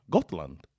Gotland